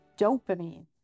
dopamine